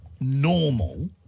normal